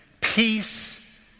Peace